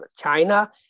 China